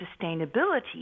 sustainability